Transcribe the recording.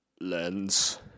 lens